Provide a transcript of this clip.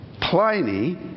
Pliny